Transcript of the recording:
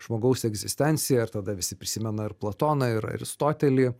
žmogaus egzistenciją ir tada visi prisimena ir platoną ir aristotelį